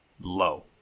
low